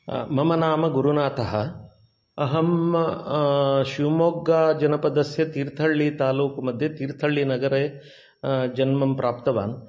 मम नाम गुरुनाथः अहं शिवमोग्गाजनपदस्य तीर्थहल्लितालूकुमध्ये तीर्थहल्लिनगरे जन्मं प्राप्तवान्